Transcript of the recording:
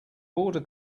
border